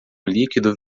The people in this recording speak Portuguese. líquido